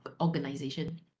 organization